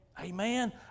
Amen